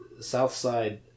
Southside